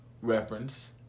reference